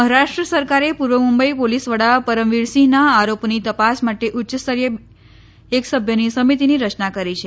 મહારાષ્ટ્ર સરકારે પૂર્વ મુંબઈ પોલીસ વડા પરમવીર સિંહના આરોપોની તપાસ માટે ઉચ્ચસ્તરીય એક સભ્યની સમિતિની રચના કરી છે